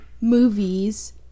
movies